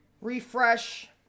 Refresh